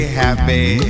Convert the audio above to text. happy